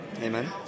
Amen